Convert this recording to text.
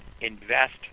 invest